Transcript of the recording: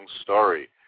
story